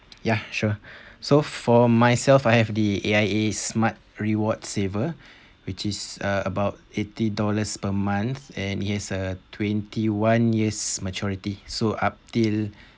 ya sure so for myself I have the A_I_A smart reward saver which is uh about eighty dollars per month and it has a twenty one years maturity so up till